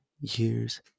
years